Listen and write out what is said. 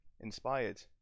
inspired